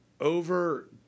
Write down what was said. over